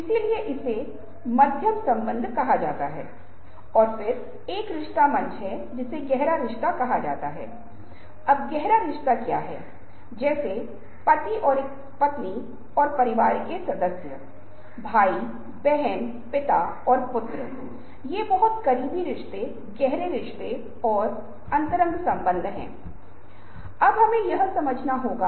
समकालीन visual culture के बारे में दिलचस्प तत्वों में से एक कुछ समय है देखकर पता नहीं चल पता और इसका सीधा संबंध अनुकरण की अवधारणा के साथ है साथ ही इस तथ्य का भी है कि बहुत बार छवि सच्चाई नहीं है छवि धोके से भ्रम को जन्म दे सकता है